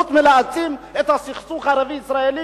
חוץ מלהעצים את הסכסוך הערבי-ישראלי?